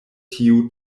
tiu